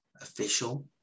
official